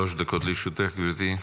שלוש דקות לרשות גברתי.